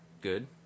Good